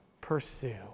pursue